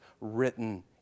written